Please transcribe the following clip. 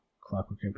Clockwork